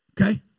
Okay